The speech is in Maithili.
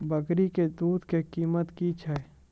बकरी के दूध के कीमत की छै?